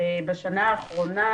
בשנה האחרונה,